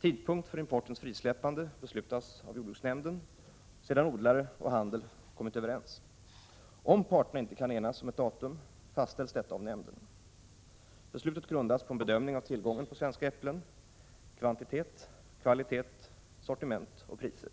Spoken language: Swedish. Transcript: Tidpunkt för importens frisläppande beslutades av jordbruksnämnden sedan odlare och handel kommit överens. Om parterna inte kan enas om ett datum fastställs detta av nämnden. Beslutet grundas på en bedömning av tillgången på svenska äpplen — kvantitet, kvalitet, sortiment och priser.